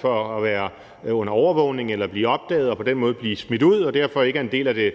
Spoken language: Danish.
for at være under overvågning eller blive opdaget og på den måde blive smidt ud, og som derfor ikke er en del af det